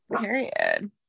Period